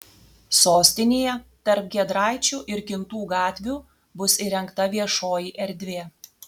sostinėje tarp giedraičių ir kintų gatvių bus įrengta viešoji erdvė